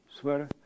sweater